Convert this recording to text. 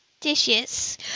dishes